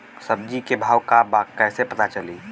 सब्जी के भाव का बा कैसे पता चली?